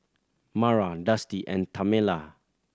Mara Dusty and Tamela